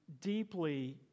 deeply